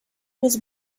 was